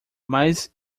mas